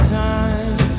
time